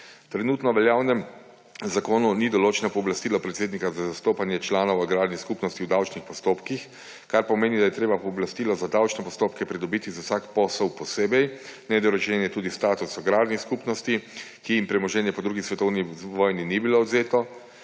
V trenutno veljavnem zakonu ni določeno pooblastilo predsednika za zastopanje članov agrarnih skupnosti v davčnih postopkih, kar pomeni, da je treba pooblastilo za davčne postopke pridobiti za vsak posel posebej. Nedorečen je tudi status agrarnih skupnosti, ki jim premoženje po 2. svetovni vojni ni bilo odvzeto.